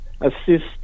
assist